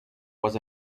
was